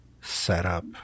setup